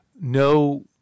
No